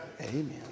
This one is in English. Amen